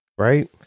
Right